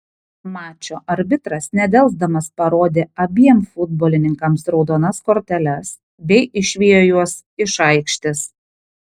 mačo arbitras nedelsdamas parodė abiem futbolininkams raudonas korteles bei išvijo juos iš aikštės